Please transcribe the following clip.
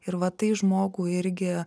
ir va tai žmogų irgi